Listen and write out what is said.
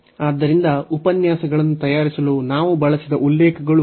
ಆದ್ದರಿಂದ ಉಪನ್ಯಾಸಗಳನ್ನು ತಯಾರಿಸಲು ನಾವು ಬಳಸಿದ ಉಲ್ಲೇಖಗಳು ಇವು